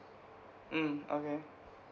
mm okay